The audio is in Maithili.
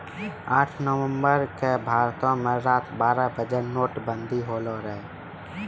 आठ नवम्बर के भारतो मे रात बारह बजे नोटबंदी होलो रहै